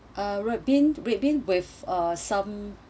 a red bean red bean with or some